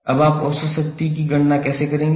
अब आप औसत शक्ति की गणना कैसे करेंगे